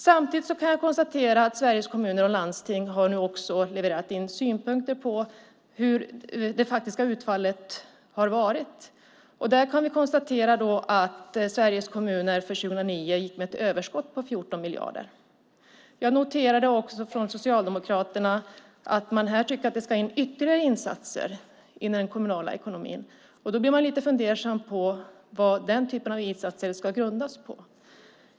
Samtidigt kan jag konstatera att Sveriges Kommuner och Landsting har lämnat in synpunkter på hur det faktiska utfallet blev. Där kan vi konstatera att Sveriges kommuner 2009 gick med ett överskott på 14 miljarder. Jag noterade att man från Socialdemokraterna tycker att det ska in ytterligare insatser i den kommunala ekonomin. Då blir man lite fundersam på vad den typen av insatser ska grundas på.